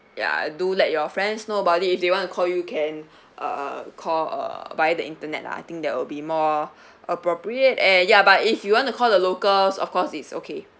yeah do let your friends know about it if they want to call you can uh call uh via the internet lah I think that'll be more appropriate and ya but if you want to call the locals of course it's okay